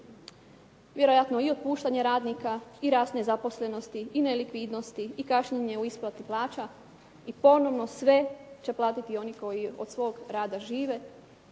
Vjerojatno i otpuštanje radnika i rast nezaposlenosti i nelikvidnosti i kašnjenje u isplati plaća i ponovno sve će platiti oni koji od svog rada žive